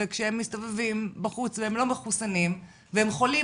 וכשהם מסתובבים בחוץ והם לא מחוסנים והם חולים,